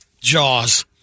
Jaws